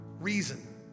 reason